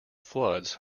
floods